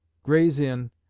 gray's inn,